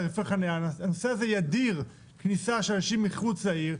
הנושא הזה ידיר כניסה של אנשים מחוץ לעיר,